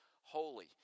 holy